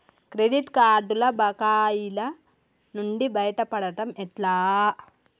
Credit కార్డుల బకాయిల నుండి బయటపడటం ఎట్లా?